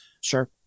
Sure